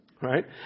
Right